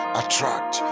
attract